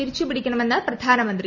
തിരിച്ചുപിടിക്കണമെന്ന് പ്രധാനമന്ത്രി